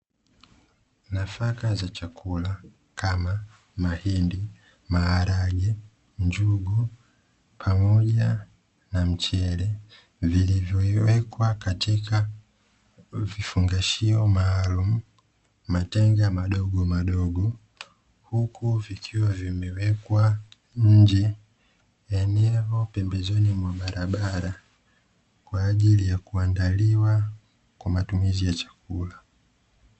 Nafaka za chakula kama mahindi maharage njugu pamoja na mchele vilivyowekwa katika vifungashio maalumu, matenga madogo madogo ikiwa vimewekwa nje eneo pembezoni mwa barabara ya kuandaliwa kwa matumizi ya chakula.